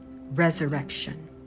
resurrection